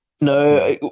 No